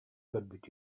көрбүт